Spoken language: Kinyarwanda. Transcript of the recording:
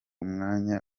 mwanya